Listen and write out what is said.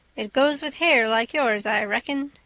it goes with hair like yours, i reckon.